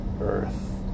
earth